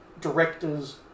directors